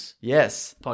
Yes